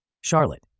Charlotte